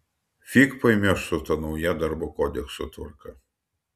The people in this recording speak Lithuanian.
fig paimioš su ta nauja darbo kodekso tvarka